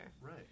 Right